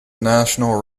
national